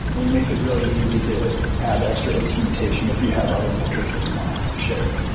and we make it really easy to add extra instrumentation if you have other metrics that you want to share.